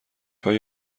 های